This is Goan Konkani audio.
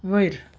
वयर